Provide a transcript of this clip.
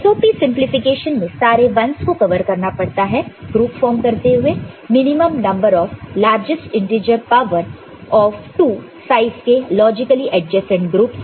SOP simplification में सारे 1's को कवर करना पड़ता है ग्रुप फॉर्म करते हुए minimum number of largest integer power of 2 size के लॉजिकली एडजेसेंट ग्रुप्स से